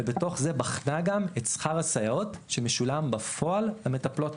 ובתוך זה בחנה גם את שכר הסייעות שמשולם בפועל למטפלות.